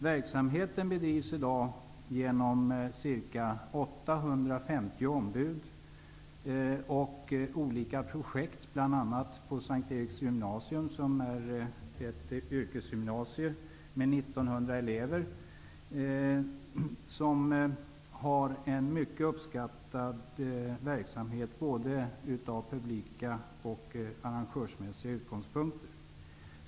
Verksamheten bedrivs i dag genom ca 850 ombud och i olika projekt, bl.a. vid S:t Eriks Gymnasium, som är ett yrkesgymnasium med 1 900 elever, och den är mycket uppskattad av både publik och arrangörer.